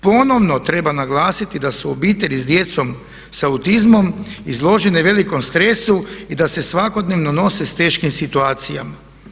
Ponovno treba naglasiti da su obitelji sa djecom sa autizmom izložene velikom stresu i da se svakodnevno nose sa teškim situacijama.